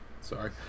Sorry